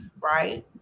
right